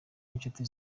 inshuti